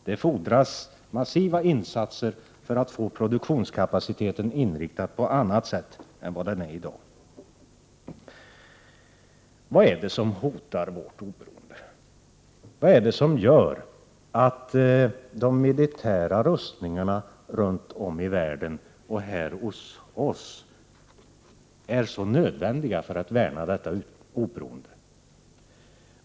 Det fordras massiva insatser för att få produktionskapaciteten inriktad på annat. Vad är det som hotar vårt oberoende? Vad är det som gör att de militära rustningarna här hos oss och runt om i världen är så nödvändiga för att värna oberoendet?